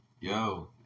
Yo